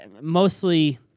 Mostly